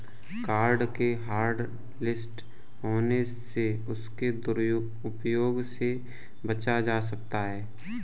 card के hotlist होने से उसके दुरूप्रयोग से बचा जा सकता है